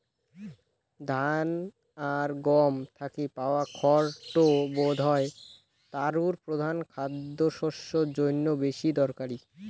ধান আর গম থাকি পাওয়া খড় টো বোধহয় তারুর প্রধান খাদ্যশস্য জইন্যে বেশি দরকারি